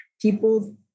people